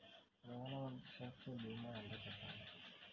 ప్రధాన మంత్రి సురక్ష భీమా ఎంత కట్టాలి?